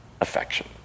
affection